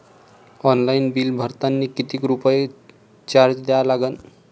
Online bill भरतानी कितीक रुपये चार्ज द्या लागन?